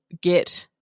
get